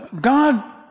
God